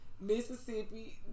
Mississippi